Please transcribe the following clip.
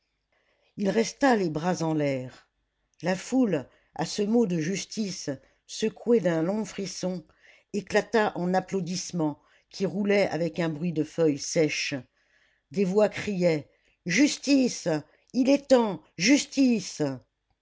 il resta les bras en l'air la foule à ce mot de justice secouée d'un long frisson éclata en applaudissements qui roulaient avec un bruit de feuilles sèches des voix criaient justice il est temps justice